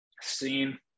seen